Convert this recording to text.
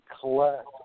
collect